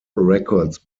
records